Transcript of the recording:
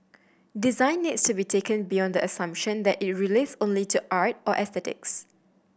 design needs to be taken beyond the assumption that it relates only to art or aesthetics